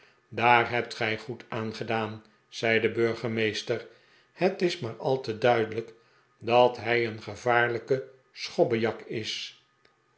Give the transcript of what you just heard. daar hebt gij goed aan gedaan zei de burgemeester het is maar al te duidelijk dat hij een gevaarlijke schobbejak is